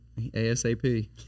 ASAP